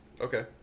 Okay